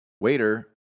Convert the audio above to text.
waiter